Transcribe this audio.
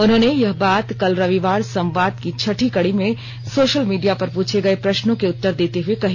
उन्होंने यह बात कल रविवार संवाद की छठी कड़ी में सोशल मीडिया पर पूछे गए प्रश्नों के उत्तर देते हए कही